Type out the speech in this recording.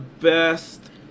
best